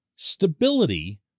Stability